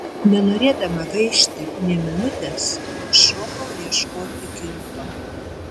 nenorėdama gaišti nė minutės šokau ieškoti kilto